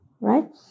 right